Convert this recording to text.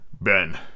Ben